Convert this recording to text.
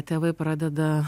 tėvai pradeda